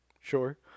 Sure